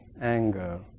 anger